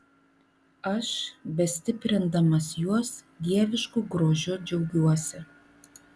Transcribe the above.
aš bestiprindamas juos dievišku grožiu džiaugiuosi